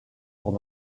alors